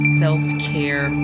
self-care